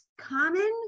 common